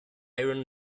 iron